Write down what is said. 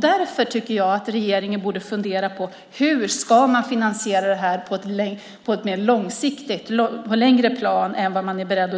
Därför borde regeringen fundera på hur man ska finansiera detta mer långsiktigt än vad man är beredd